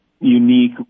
unique